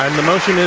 and the motion,